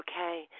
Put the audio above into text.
Okay